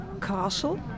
castle